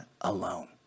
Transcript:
alone